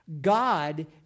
God